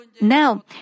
Now